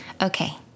Okay